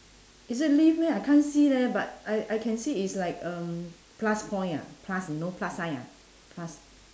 is it leaf meh I can't see leh but I I can see is like um plus point ah plus you know plus sign ah plus